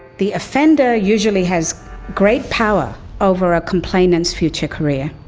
the offender usually has great power over a complainant's future career.